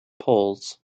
poles